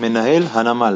מנהל הנמל